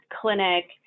clinic